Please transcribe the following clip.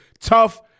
tough